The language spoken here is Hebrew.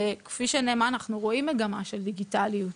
כפי שנאמר, אנחנו רואים מגמה של דיגיטליות.